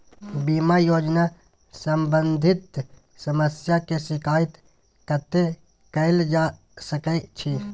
बीमा योजना सम्बंधित समस्या के शिकायत कत्ते कैल जा सकै छी?